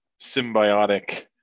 symbiotic